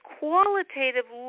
qualitative